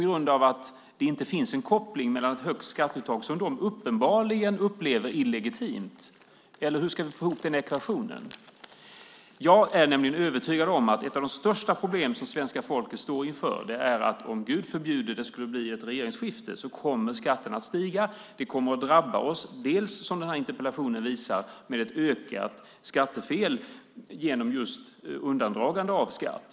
Finns det inte en koppling till ett högt skatteuttag som de uppenbarligen upplever som illegitimt? Eller hur ska vi få ihop den ekvationen? Jag är nämligen övertygad om att ett av de största problem som svenska folket står inför är att om - Gud förbjude - det skulle bli ett regeringsskifte kommer skatterna att stiga. Det kommer att drabba oss, som den här interpellationen visar, med ett ökat skattefel genom just undandragande av skatt.